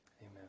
Amen